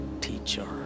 teacher